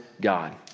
God